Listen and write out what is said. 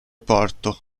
porto